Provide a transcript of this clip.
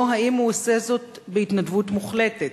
או האם הוא עושה זאת בהתנדבות מוחלטת?